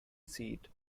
seat